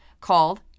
called